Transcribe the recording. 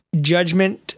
judgment